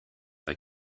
they